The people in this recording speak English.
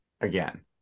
Again